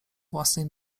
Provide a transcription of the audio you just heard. własnej